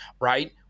Right